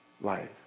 life